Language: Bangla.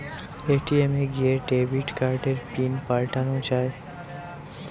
এ.টি.এম এ গিয়ে ডেবিট কার্ডের পিন পাল্টানো যায়